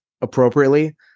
appropriately